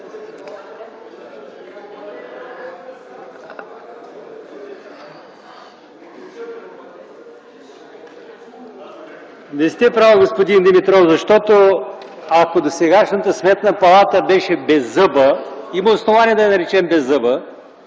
Не сте прав, господин Димитров, защото ако досегашната Сметна палата беше беззъба, има основание да я наречем беззъба,